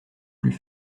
plus